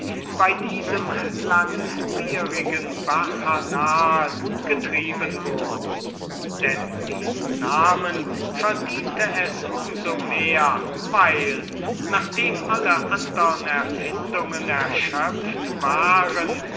an diesem langwierigen bacchanal getrieben wurden denn diesen namen verdiente es um so mehr weil nachdem alle andre erfindungen erschöpft waren